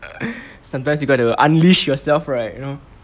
sometimes you got to unleash yourself right you know